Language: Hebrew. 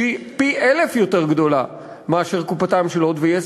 שהיא גדולה פי-אלף מקופתן של "הוט" ו-yes,